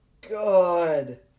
God